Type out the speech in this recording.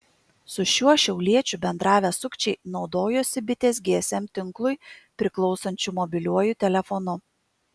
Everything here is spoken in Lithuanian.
su šiuo šiauliečiu bendravę sukčiai naudojosi bitės gsm tinklui priklausančiu mobiliuoju telefonu